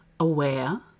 aware